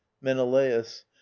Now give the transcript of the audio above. menelaus